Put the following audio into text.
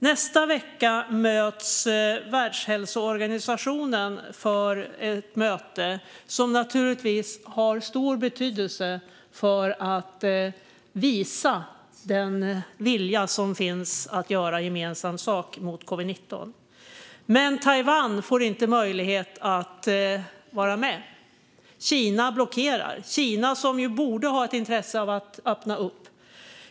Nästa vecka ska Världshälsoorganisationen hålla ett möte, som naturligtvis har stor betydelse för att visa den vilja som finns att göra gemensam sak mot covid-19. Men Taiwan får inte vara med. Kina blockerar; Kina borde ha ett intresse av att öppna för Taiwan.